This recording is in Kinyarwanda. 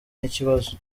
n’ikibazo